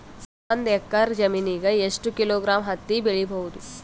ಒಂದ್ ಎಕ್ಕರ ಜಮೀನಗ ಎಷ್ಟು ಕಿಲೋಗ್ರಾಂ ಹತ್ತಿ ಬೆಳಿ ಬಹುದು?